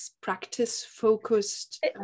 practice-focused